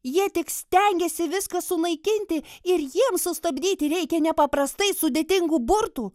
jie tik stengiasi viską sunaikinti ir jiem sustabdyti reikia nepaprastai sudėtingų burtų